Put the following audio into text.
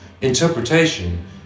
Interpretation